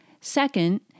Second